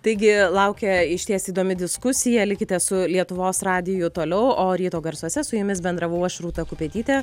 taigi laukia išties įdomi diskusija likite su lietuvos radiju toliau o ryto garsuose su jumis bendravau aš rūta kupetytė